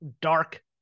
dark